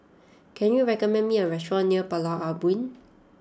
can you recommend me a restaurant near Pulau Ubin